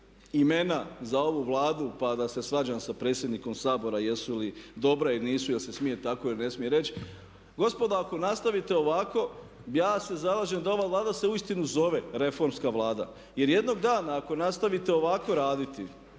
imena za ovu Vladu pa da se svađama sa predsjednikom Sabora jesu li dobra ili nisu, jel se smije tako ili ne smije reć. Gospodo ako nastavite ovako, ja se zalažem da se ova Vlada zaista zove reformska Vlada jer jednog dana ako nastavite ovako raditi